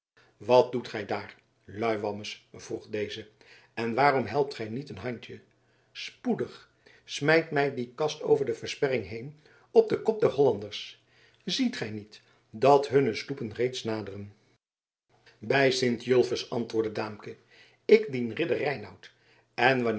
wat doet gij daar luiwammes vroeg deze en waarom helpt gij niet een handje spoedig smijt mij die kast over de versperring heen op den kop der hollanders ziet gij niet dat hunne sloepen reeds naderen bij sint julfus antwoordde daamke ik dien ridder reinout en